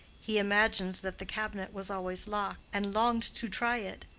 he imagined that the cabinet was always locked, and longed to try it.